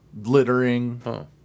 littering